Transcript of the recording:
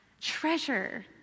Treasure